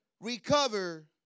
recover